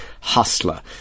hustler